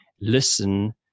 listen